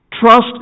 Trust